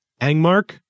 Angmark